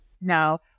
no